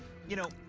you know,